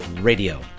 Radio